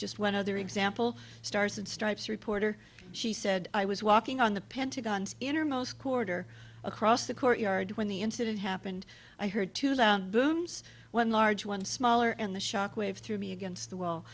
just one other example stars and stripes reporter she said i was walking on the pentagon's innermost corridor across the courtyard when the incident happened i heard two loud booms one large one smaller and the shockwave through me against the wall